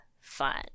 fun